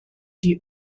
die